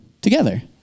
together